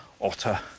otter